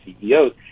CEOs